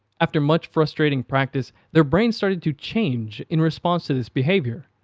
after much frustrating practice, their brains started to change in response to this behavior.